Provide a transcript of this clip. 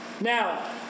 now